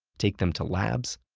take them to labs,